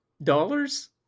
Dollars